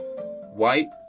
White